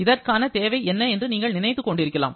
இதற்கான தேவை என்ன என்று நீங்கள் நினைத்துக் கொண்டிருக்கலாம்